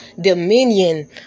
dominion